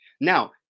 now